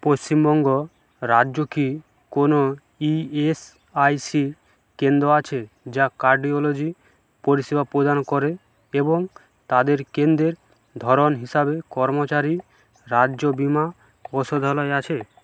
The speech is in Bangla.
পশ্চিমবঙ্গ রাজ্য কি কোনও ইএসআইসি কেন্দ্র আছে যা কার্ডিওলজি পরিষেবা প্রদান করে এবং তাদের কেন্দ্রের ধরন হিসাবে কর্মচারী রাজ্য বিমা ঔষধালয় আছে